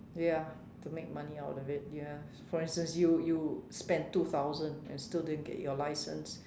ya to make money out of it ya for instance you you spend two thousand and still didn't get your license